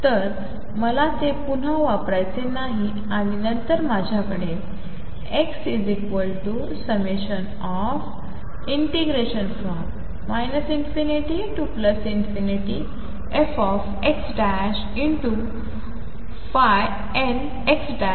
तर मला ते पुन्हा वापरायचे नाही आणि नंतर माझ्याकडे xnf ∞fxnxdxnआहे